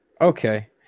Okay